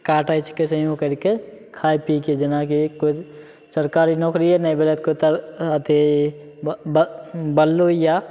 काटै छै कैसेहियो कैरके खाय पीके जेनाकि कोइ सरकारी नौकरिये नहि भेलै तऽ कोइ अथी बलोइया